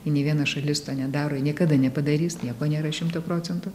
nei viena šalis to nedaro niekada nepadarys nieko nėra šimtu procentų